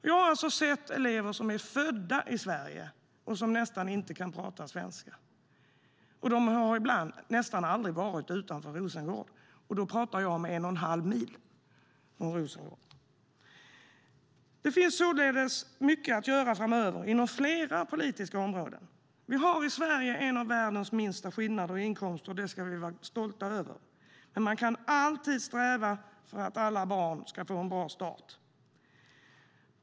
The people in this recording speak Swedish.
Jag har sett elever som är födda i Sverige och som nästan inte kan prata svenska och som nästan aldrig har varit utanför Rosengård - då pratar jag om en och en halv mil. Det finns således mycket att göra framöver inom flera politiska områden. Vi har i Sverige en av världens minsta skillnader i inkomster, vilket vi ska vara stolta över, men man kan alltid sträva efter att alla barn ska få en bra start i livet.